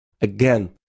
again